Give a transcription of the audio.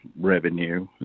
revenue